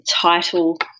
title